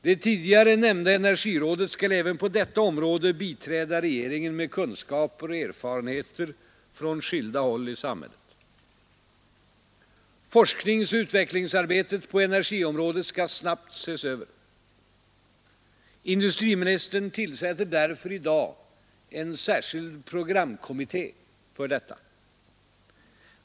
Det tidigare nämnda energirådet skall även på detta område biträda regeringen med kunskaper och erfarenheter från skilda håll i samhället. Forskningsoch utvecklingsarbetet på energiområdet skall snabbt ses över. Industriministern tillsätter därför i dag en särskild programkommitté för detta.